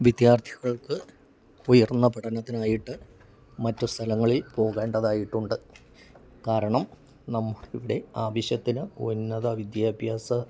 വിദ്യാർത്ഥികൾക്ക് ഉയർന്ന പഠനത്തിനായിട്ട് മറ്റു സ്ഥലങ്ങളിൽ പോകേണ്ടതായിട്ടുണ്ട് കാരണം നമ്മുടെ ഇവിടെ ആവശ്യത്തിന് ഉന്നത വിദ്യാഭ്യാസ